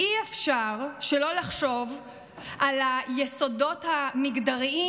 אי-אפשר שלא לחשוב על היסודות המגדריים